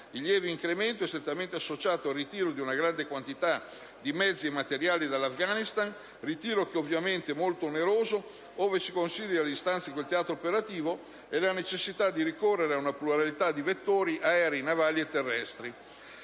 Il lieve incremento è strettamente associato al ritiro di una grande quantità di mezzi e materiali dall'Afghanistan, ritiro che è ovviamente molto oneroso, ove si consideri la distanza di quel teatro operativo e la necessità di ricorrere ad una pluralità di vettori, aerei, navali e terrestri.